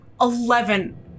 eleven